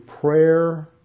prayer